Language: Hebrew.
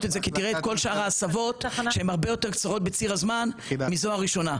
את זה כי תראה את כל שאר ההסבות שהן הרבה יותר קצרות מזו הראשונה,